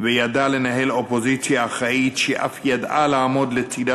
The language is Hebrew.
וידע לנהל אופוזיציה אחראית שאף ידעה לעמוד לצדה